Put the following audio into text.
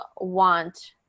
want